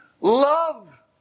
love